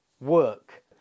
work